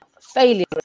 failure